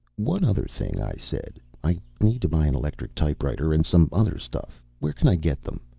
one other thing, i said. i need to buy an electric typewriter and some other stuff. where can i get them?